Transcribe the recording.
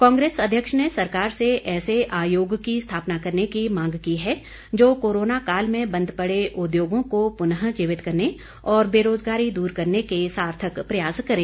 कांग्रेस अध्यक्ष ने सरकार से ऐसे आयोग की स्थापना करने की मांग की है जो कोरोना काल में बंद पड़े उद्योगों को पुनःजीवित करने और बेरोजगारी दूर करने के सार्थक प्रयास करें